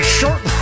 short